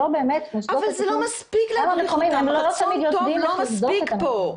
אבל רצון טוב לא מספיק כאן.